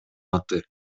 аты